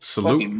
Salute